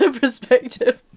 perspective